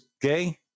gay